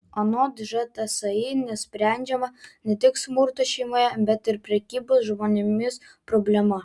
anot žtsi nesprendžiama ne tik smurto šeimoje bet ir prekybos žmonėmis problema